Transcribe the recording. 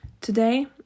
Today